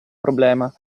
problema